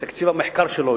בתקציב המחקר שלו,